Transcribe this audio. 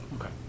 okay